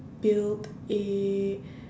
build a